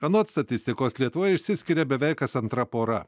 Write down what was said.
anot statistikos lietuvoje išsiskiria beveik kas antra pora